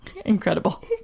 incredible